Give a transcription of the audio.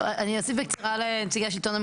ואני לא מדבר כרגע על הנגב כי שם הבעיה היא אחרת,